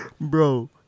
Bro